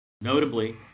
Notably